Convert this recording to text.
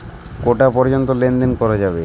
কটা পর্যন্ত লেন দেন করা যাবে?